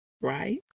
right